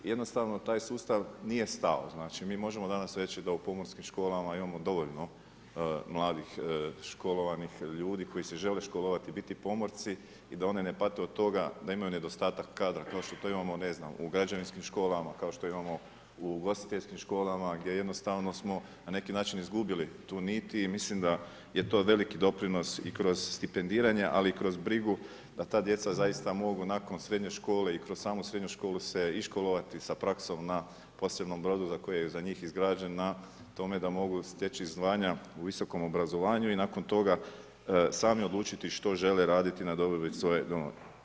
Jednostavno taj sustav nije stao, znači, mi možemo danas reći da u pomorskim školama imamo dovoljno mladih školovanih ljudi koji se žele školovati, biti pomorci i da oni ne pate od toga, da imaju nedostatak kadra kao što to imamo ne znam, u građevinskim školama, kao što imamo u ugostiteljskim školama gdje jednostavno smo na neki način izgubili tu nit i mislim da je to veliki doprinos i kroz stipendiranje ali i kroz brigu da ta djeca zaista mogu nakon srednje i kroz samu srednju školu se iškolovati sa praksom na posebnom brodu koji je za njih izgrađen na tome da mogu steći znanja u visokom obrazovanju i nakon toga sami odlučiti što žele raditi na dobrobit svoje domovine.